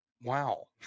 Wow